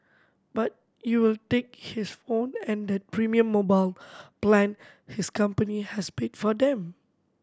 but you'll take his phone and that premium mobile plan his company has paid for him